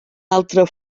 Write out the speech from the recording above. altre